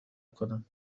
کنم